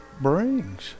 brings